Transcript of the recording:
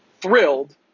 thrilled